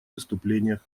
выступлениях